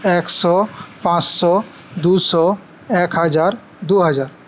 একশো পাঁচশো দুশো একহাজার দুহাজার